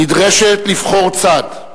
נדרשת לבחור צד.